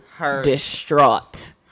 distraught